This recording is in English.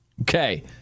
Okay